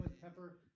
Pepper